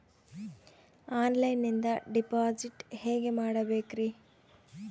ಆನ್ಲೈನಿಂದ ಡಿಪಾಸಿಟ್ ಹೇಗೆ ಮಾಡಬೇಕ್ರಿ?